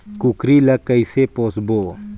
कूकरी ला कइसे पोसबो?